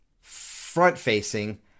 front-facing